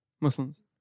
Muslims